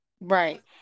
Right